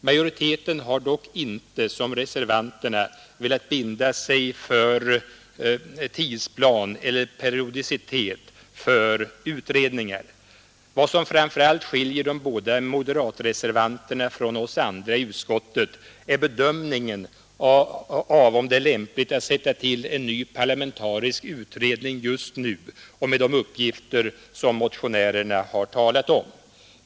Majoriteten har dock inte som reservanterna velat binda sig för tidsplan eller periodicitet för utredningar Vad som framför allt skiljer de båda moderatreservanterna från oss andra i utskottet är bedömningen av om det är lämpligt att sätta till en ny parlamentarisk utredning just nu och med de uppgifter som motionärerna har talat om.